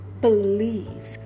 believe